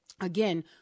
Again